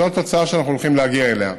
זו התוצאה שאנחנו הולכים להגיע אליה.